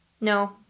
No